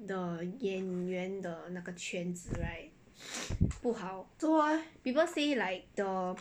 the 演员的那个圈子 right 不好 people say like the